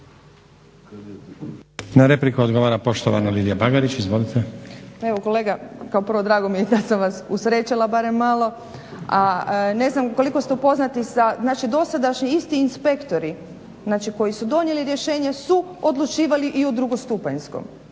Na repliku odgovara poštovana Lidija Bagarić. Izvolite. **Bagarić, Lidija (SDP)** Evo kolega kao prvo drago mi je da sam vas usrećila barem malo a ne znam koliko ste upoznati sa, znači dosadašnji isti inspektori, znači koji su donijeli rješenje su odlučivali i u drugostupanjskom